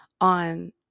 on